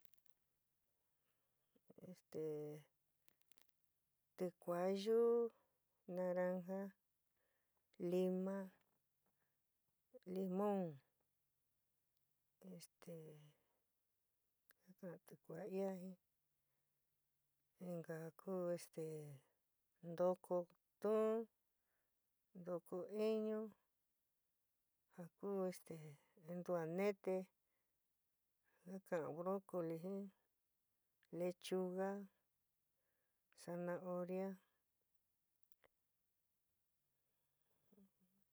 Esté tikuaá yuú, naranja, lima, limon, esté ka ka'an ticua ía jɨn, inka ja ku esté ntokoó tuún. ntoko iñú, ja ku este ntuá nete ka kaaán brócoli jɨn, lechuga, zanahoria.